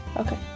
Okay